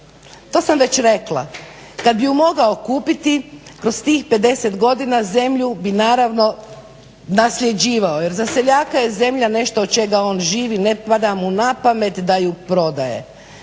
To sam već rekla. Kada bi ju mogao kupiti kroz tih 50 godina zemlju bi naravno nasljeđivao jer za seljaka je zemlja nešto od čega on živi, ne pada mu na pamet da ju prodaje.